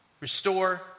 restore